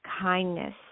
kindness